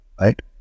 Right